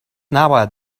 نباید